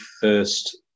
first